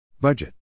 Budget